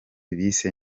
bise